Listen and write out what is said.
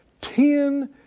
ten